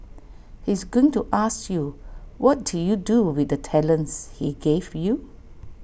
he's going to ask you what did you do with the talents he gave you